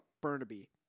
Burnaby